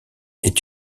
est